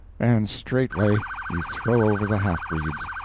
and straightway you throw over the half-breeds.